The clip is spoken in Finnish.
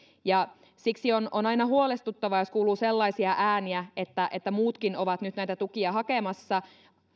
siksi on on aina huolestuttavaa jos kuuluu sellaisia ääniä että että muutkin ovat nyt näitä tukia hakemassa